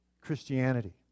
Christianity